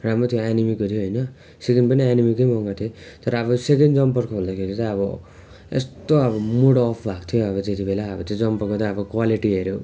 राम्रो थियो एनिमीको थियो होइन सेकेन्ड पनि एनिमीकै मगाएको थिएँ तर अब सेकेन्ड जम्पर खोल्दाखेरि चाहिँ अब यस्तो अब मुड अफ भएको थियो अब त्यतिबेला अब त्यो जम्परको त अब क्वालिटी हेऱ्यो